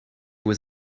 was